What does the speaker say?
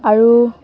আৰু